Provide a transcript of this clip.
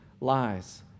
lies